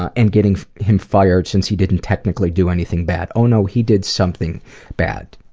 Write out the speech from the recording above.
and getting him fired since he didn't technically do anything bad. oh no, he did something bad.